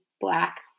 black